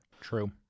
True